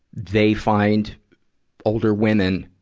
they find older women,